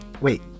Wait